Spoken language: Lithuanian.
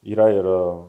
yra ir